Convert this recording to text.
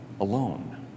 alone